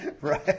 Right